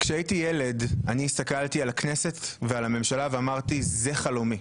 כשהייתי ילד הסתכלתי על הכנסת ועל הממשלה ואמרתי שזה חלומי,